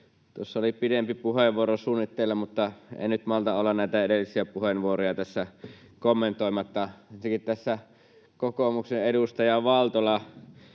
Tuossa oli pidempi puheenvuoro suunnitteilla, mutta en nyt malta olla näitä edellisiä puheenvuoroja tässä kommentoimatta. Ensinnäkin tässä kokoomuksen edustaja Valtolaa